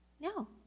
No